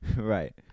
Right